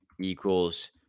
equals